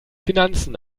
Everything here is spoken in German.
finanzen